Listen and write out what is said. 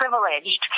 privileged